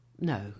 No